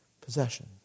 possession